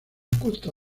costa